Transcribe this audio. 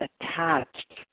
attached